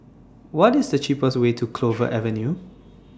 What IS The cheapest Way to Clover Avenue